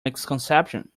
misconception